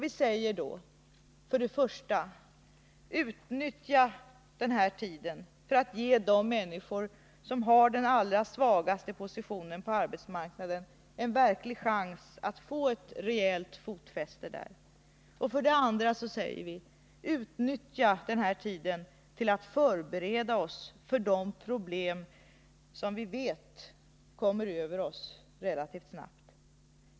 Vi säger då: För det första, utnyttja den här tiden för att ge de människor som har den allra svagaste positionen på arbetsmarknaden en verklig chans att få ett rejält fotfäste där! För det andra, utnyttja den här tiden till förberedelser för att möta de problem som vi vet kommer relativt snabbt!